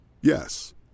Yes